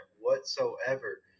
whatsoever